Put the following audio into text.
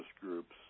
groups